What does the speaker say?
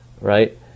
right